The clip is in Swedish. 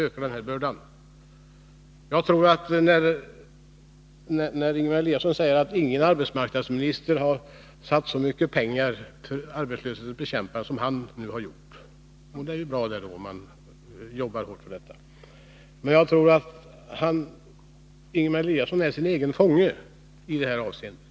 Ingemar Eliasson säger att ingen arbetsmarknadsminister har anslagit så mycket pengar för arbetslöshetens bekämpande som han har gjort. Det är ju bra att han jobbar hårt med detta. Men jag tror att Ingemar Eliasson är sin egen fånge i det här avseendet.